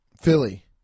Philly